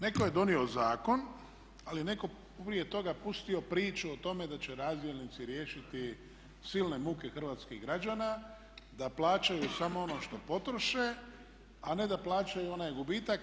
Netko je donio zakon, ali je netko prije toga pustio priču o tome da će razdjelnici riješiti silne muke hrvatskih građana, da plaćaju samo ono što potroše, a ne da plaćaju onaj gubitak.